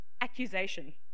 accusation